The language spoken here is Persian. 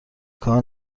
کار